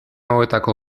hauetako